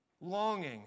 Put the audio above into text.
Longing